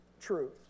true